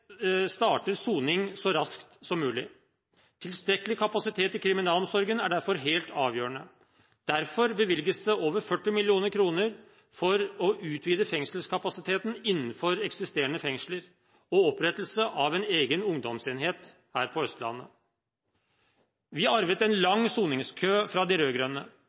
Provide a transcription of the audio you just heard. starter soning så raskt som mulig. Tilstrekkelig kapasitet i kriminalomsorgen er derfor helt avgjørende. Derfor bevilges det over 40 mill. kr til å utvide fengselskapasiteten innenfor eksisterende fengsler og til opprettelse en egen ungdomsenhet på Østlandet. Vi arvet en lang soningskø fra de